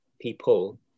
people